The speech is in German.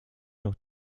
noch